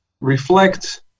reflect